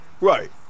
Right